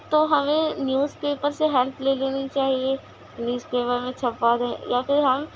ہیں تو ہمیں نیوز پیپر سے ہیلپ لے لینی چاہیے نیوز پیپر میں چھپوا دیں یا پھر ہم